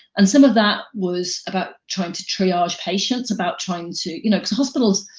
and some of that was about trying to triage patients, about trying to, you know cause hospitals,